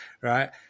right